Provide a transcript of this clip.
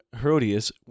Herodias